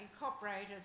incorporated